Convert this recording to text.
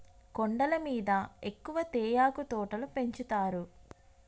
కొండల మీద ఎక్కువ తేయాకు తోటలు పెంచుతారు